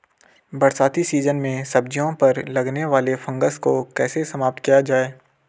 बरसाती सीजन में सब्जियों पर लगने वाले फंगस को कैसे समाप्त किया जाए?